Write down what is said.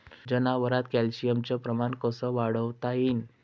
जनावरात कॅल्शियमचं प्रमान कस वाढवता येईन?